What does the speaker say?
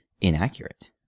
inaccurate